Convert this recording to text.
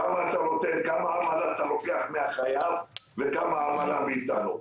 כמה אתה עמלה אתה לוקח מהחייב וכמה עמלה מאתנו?